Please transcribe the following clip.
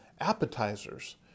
appetizers